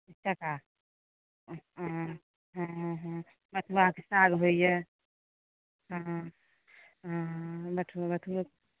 हॅं हॅं हॅं हॅं बथुआके साग होइया हॅं हॅं हॅं बथुआ